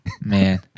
Man